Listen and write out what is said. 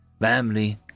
family